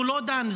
הוא לא דן.